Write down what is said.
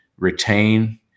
Retain